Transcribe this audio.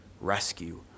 rescue